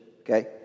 okay